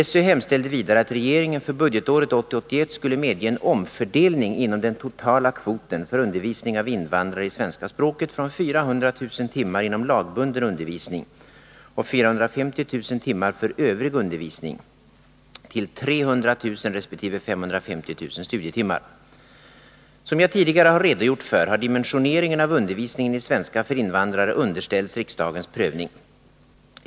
SÖ hemställde vidare att regeringen för budgetåret 1980/81 skulle medge en omfördelning inom den totala kvoten för undervisning av invandrare i svenska språket m.m. från 400 000 timmar inom lagbunden undervisning och 450 000 timmar för övrig undervisning till 300 000 resp. 550 000 studietimmar. Som jag tidigare har redogjort för har dimensioneringen av undervisningen i svenska för invandrare underställts riksdagens prövning.